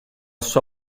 sua